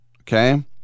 Okay